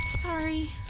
sorry